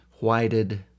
Whited